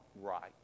right